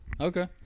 Okay